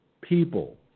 people